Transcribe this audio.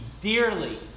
dearly